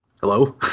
Hello